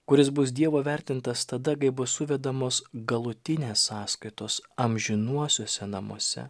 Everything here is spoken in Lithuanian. kuris bus dievo įvertintas tada kai bus suvedamos galutinės sąskaitos amžinuosiuose namuose